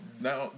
now